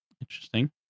Interesting